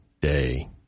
day